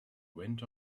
went